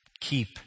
Keep